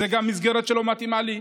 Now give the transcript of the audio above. גם זו מסגרת שלא מתאימה לי.